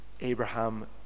Abraham